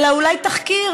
אלא אולי תחקיר